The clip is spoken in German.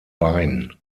bein